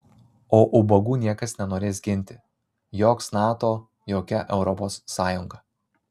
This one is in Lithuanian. o ubagų niekas nenorės ginti joks nato jokia europos sąjunga